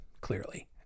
clearly